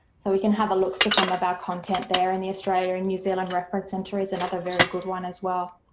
so we can have a look for some of our content there, in the australia and new zealand reference center is another very good one as well.